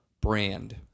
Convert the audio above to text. brand